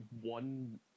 one